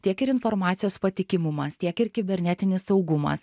tiek ir informacijos patikimumas tiek ir kibernetinis saugumas